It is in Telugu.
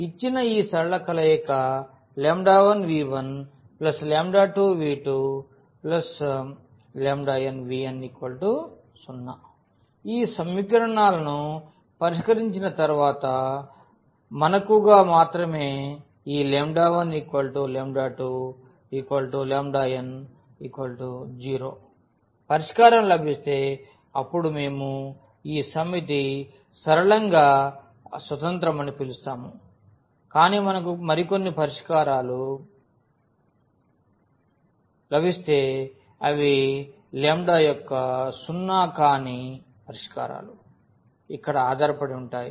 ఇచ్చిన ఈ సరళ కలయిక 1v12v2 nvn 0 ఈ సమీకరణాలను పరిష్కరించిన తరువాత మనకుగా మాత్రమే ఈ 12 N 0 పరిష్కారం లభిస్తే అప్పుడు మేము ఈ సమితి సరళంగా స్వతంత్రమని పిలుస్తాము కాని మనకు మరికొన్ని ఇతర పరిష్కారాలు లభిస్తే అవి λ యొక్క సున్న కానీ పరిష్కారాలు ఇక్కడ ఆధారపడి ఉంటాయి